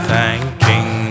Thanking